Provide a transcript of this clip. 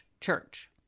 church